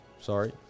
Sorry